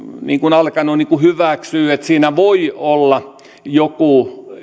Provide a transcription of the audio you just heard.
alkanut hyväksyä että siinä voi olla joku